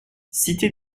cité